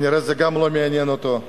אני רואה שזה גם לא מעניין אותו,